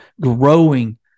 growing